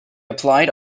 applied